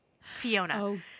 Fiona